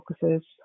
focuses